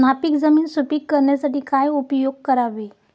नापीक जमीन सुपीक करण्यासाठी काय उपयोग करावे?